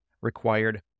required